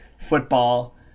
football